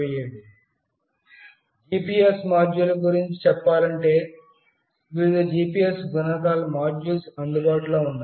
GPS module గురించి చెప్పాలంటే వివిధ GPS గుణకాలు అందుబాటులో ఉన్నాయి